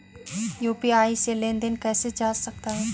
UPI से लेनदेन कैसे किया जा सकता है?